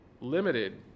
limited